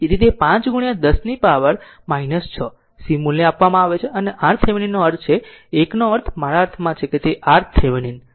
તેથી તે 5 ગુણ્યા10 ની પાવર 6 c મૂલ્ય આપવામાં આવે છે અને RThevenin અર્થ છે આ 1 નો અર્થ મારા આ અર્થમાં છે તે RThevenin